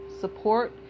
support